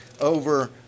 over